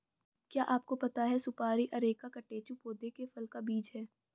क्या आपको पता है सुपारी अरेका कटेचु पौधे के फल का बीज है?